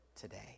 today